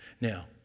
Now